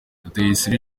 rutayisire